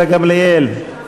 גילה גמליאל, מסירה.